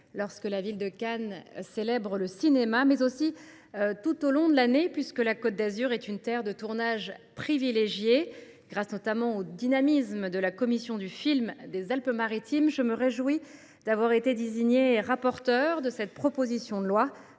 lorsque la ville de Cannes célèbre le cinéma, mais aussi tout au long de l’année, puisque la Côte d’Azur est une terre de tournage privilégiée, grâce notamment au dynamisme de la Commission du film Alpes Maritimes Côte d’Azur, je me réjouis d’avoir été désignée rapporteure de cette proposition de loi